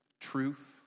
truth